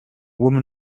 woman